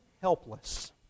helpless